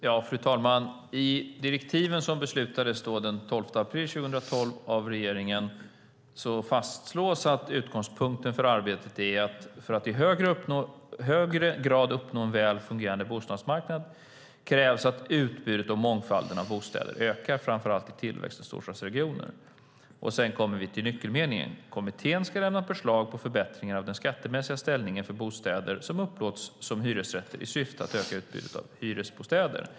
Fru talman! I direktiven, som beslutades den 12 april 2012 av regeringen, fastslås utgångspunkten för arbetet: "För att i högre grad uppnå en väl fungerande bostadsmarknad krävs att utbudet och mångfalden av bostäder ökar, framför allt i tillväxt och storstadsområden." Sedan kommer vi till nyckelorden: "Kommittén ska lämna förslag på förbättring av den skattemässiga ställningen för bostäder som upplåts med hyresrätt i syfte att öka utbudet av hyresbostäder.